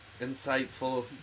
insightful